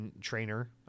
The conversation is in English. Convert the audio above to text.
trainer